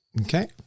okay